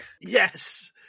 Yes